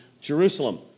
Jerusalem